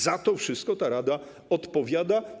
Za to wszystko ta rada odpowiada.